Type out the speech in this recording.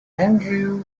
andrew